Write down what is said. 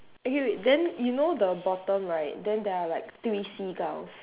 okay wait then you know the bottom right then there are like three seagulls